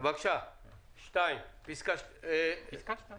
ביניהם פרופ' אריאל מוניץ,